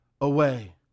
away